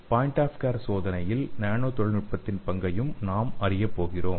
point of care சோதனையில் நானோ தொழில்நுட்பத்தின் பங்கையும் நாம் அறியப்போகிறோம்